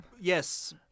Yes